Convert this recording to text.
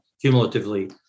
cumulatively